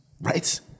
right